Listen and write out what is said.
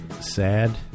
sad